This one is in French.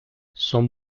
son